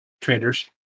traders